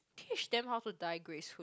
teach them how to die gracefully